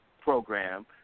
program